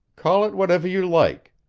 call it whatever you like.